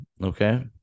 Okay